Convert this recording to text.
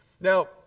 Now